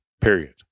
period